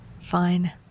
Fine